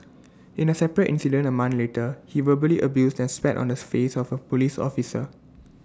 in A separate incident A month later he verbally abused and spat on the face of A Police officer